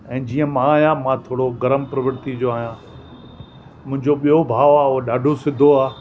ऐं जीअं मां आहियां मां थोरो गरम प्रवृती जो आहियां मुंहिंजो ॿियो भाउ आहे ॾाढो सिधो आहे